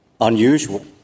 unusual